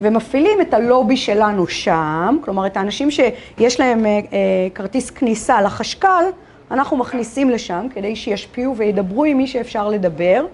ומפעילים את הלובי שלנו שם, כלומר את האנשים שיש להם כרטיס כניסה לחשכל אנחנו מכניסים לשם כדי שישפיעו וידברו עם מי שאפשר לדבר.